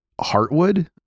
heartwood